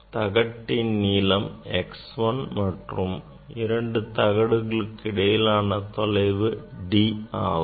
தகட்டின் நீளம் x1 மற்றும் இரண்டு தகடுகளுக்கு இடையிலான தொலைவு D ஆகும்